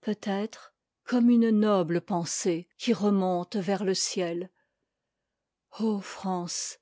peut-être comme une noble pensée qui remonte vers le ciel ô france